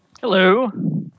Hello